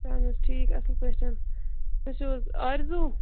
اہَن حَظ ٹھیٖک اصٕل پٲٹھۍ حَظ تُہۍ چھِو حَظ آرزو